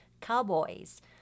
cowboys